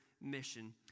mission